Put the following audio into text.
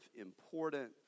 important